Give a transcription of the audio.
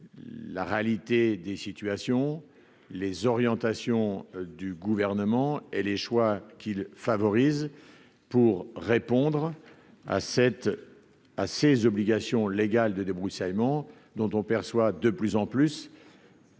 la réalité des situations, les orientations du gouvernement et les choix qu'favorise pour répondre à cette à ses obligations légales de débroussaillement dont on perçoit de plus en plus